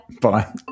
Bye